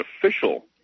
official